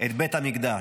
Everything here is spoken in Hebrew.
את בית המקדש.